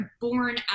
born